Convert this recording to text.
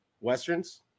Westerns